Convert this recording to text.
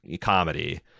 comedy